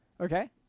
Okay